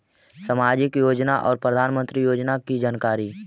समाजिक योजना और प्रधानमंत्री योजना की जानकारी?